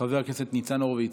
חבר הכנסת ניצן הורוביץ,